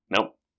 Nope